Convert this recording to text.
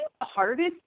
hardest